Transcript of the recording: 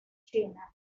china